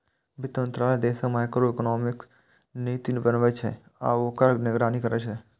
वित्त मंत्रालय देशक मैक्रोइकोनॉमिक नीति बनबै छै आ ओकर निगरानी करै छै